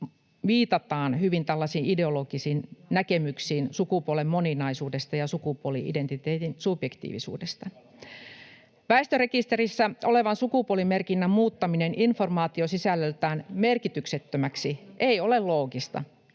tällaisiin hyvin ideologisiin näkemyksiin sukupuolen moninaisuudesta ja sukupuoli-identiteetin subjektiivisuudesta. Väestörekisterissä olevan sukupuolimerkinnän muuttaminen informaatiosisällöltään merkityksettömäksi ei ole loogista.